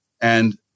And-